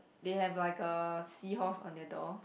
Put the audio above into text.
they have like a seahorse on their door